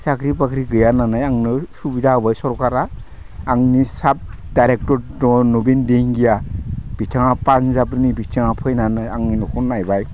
साख्रि बाख्रि गैया होननानै आंनो सुबिदा होबाय सरखारा आंनि साब डाइरेक्टर नबिन दिहिंगिया बिथाङा पान्जाबनि बिथाङा फैनानै आंनि न'खो नायबाय